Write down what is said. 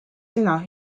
sõna